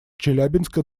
челябинска